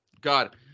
God